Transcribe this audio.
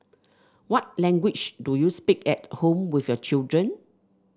what language do you speak at home with your children